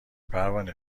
پروانه